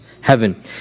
heaven